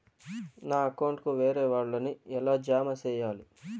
నా అకౌంట్ కు వేరే వాళ్ళ ని ఎలా జామ సేయాలి?